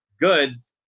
goods